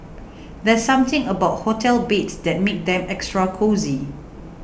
there's something about hotel beds that makes them extra cosy